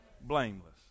Blameless